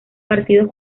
partido